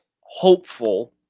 hopeful